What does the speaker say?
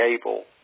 able